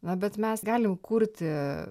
na bet mes galim kurti